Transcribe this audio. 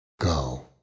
Go